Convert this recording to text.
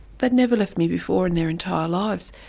but never left me before in their entire lives,